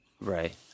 Right